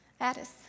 Addis